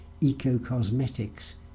eco-cosmetics